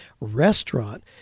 restaurant